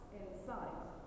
inside